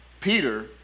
Peter